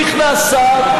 נכנס שר,